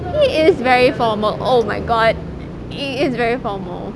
he is very formal oh my god he is very formal